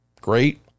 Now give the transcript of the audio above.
Great